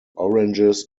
oranges